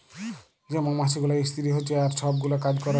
যে মমাছি গুলা ইস্তিরি হছে আর ছব গুলা কাজ ক্যরে